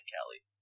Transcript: Kelly